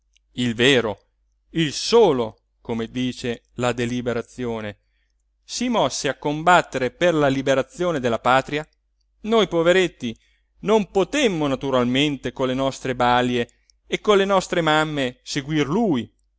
il vero il solo come dice la deliberazione si mosse a combattere per la liberazione della patria noi poveretti non potemmo naturalmente con le nostre balie e con le nostre mamme seguir lui